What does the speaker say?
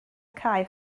cae